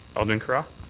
alderman carra?